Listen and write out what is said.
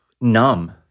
Numb